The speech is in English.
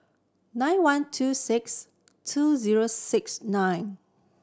nine one two six two zero six nine